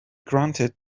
granted